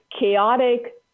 chaotic